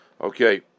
Okay